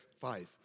Five